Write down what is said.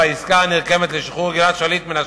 בעסקה הנרקמת לשחרור גלעד שליט מן השבי,